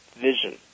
vision